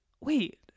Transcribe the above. Wait